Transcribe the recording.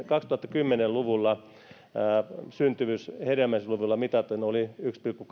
kaksituhattakymmenen luvulla syntyvyys hedelmällisyysluvuilla mitaten oli yksi pilkku